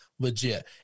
Legit